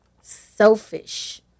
selfish